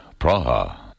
Praha